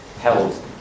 held